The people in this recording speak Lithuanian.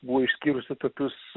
buvo išskyrusi tokius